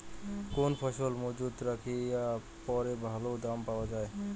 কোন ফসল মুজুত রাখিয়া পরে ভালো দাম পাওয়া যায়?